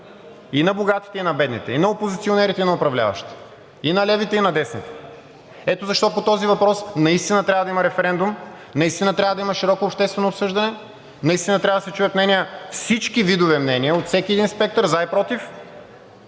и на богатите, и на бедните, и на опозиционерите, и на управляващите, и на левите, и на десните. Ето защо по този въпрос наистина трябва да има референдум, наистина трябва да има широко обществено обсъждане, наистина трябва да се чуят всички видове мнения от всеки един спектър – за и против,